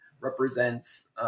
represents